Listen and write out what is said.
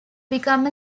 become